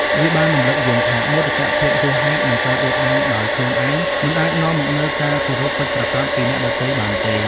វាបានរំលឹកយើងថា មោទកភាពហួសហេតុ និងការអួតអាងដោយខ្លួនឯងមិនអាចនាំមកនូវការគោរពពិតប្រាកដពីអ្នកដទៃបានទេ។